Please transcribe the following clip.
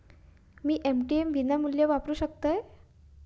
मी ATM विनामूल्य वापरू शकतय?